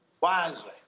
wisely